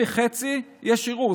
על יותר מחצי יש ערעור,